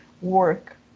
work